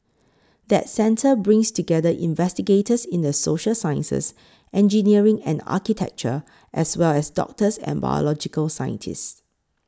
that centre brings together investigators in the social sciences engineering and architecture as well as doctors and biological scientists